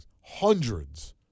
hundreds